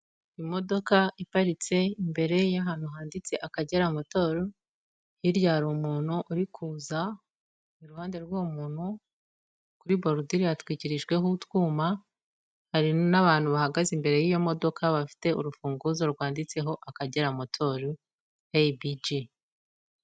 Imodoka iparitse imbere y'ahantu handitse Akagera motoru, hirya hari umuntu uri kuza, iruhande rw'uwo muntu kuri borodire hatwikirijweho utwuma, hari n'abantu bahagaze imbere y'iyo modoka, bafite urufunguzo rwanditseho Akagera motoru eyibiji.